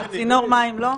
צינור מים לא?